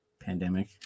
pandemic